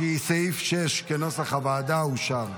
סעיף 6 כנוסח הוועדה אושר.